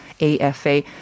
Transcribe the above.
AFA